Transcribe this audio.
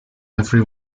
every